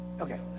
Okay